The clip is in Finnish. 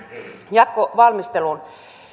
jatkovalmisteluun